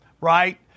right